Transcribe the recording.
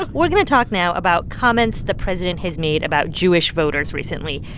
ah we're going to talk now about comments the president has made about jewish voters recently.